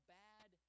bad